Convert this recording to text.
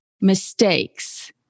mistakes